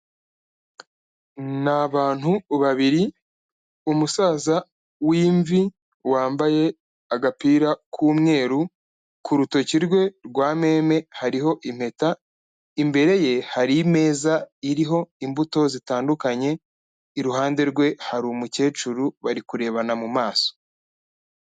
Ni abantu babiri, umusaza w'imvi wambaye agapira k'umweru ku rutoki rwe rwa meme hariho impeta imbere ye hari imeza iriho imbuto zitandukanye, iruhande rwe hari umukecuru bari kurebana mu maso.